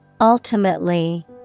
Ultimately